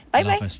Bye-bye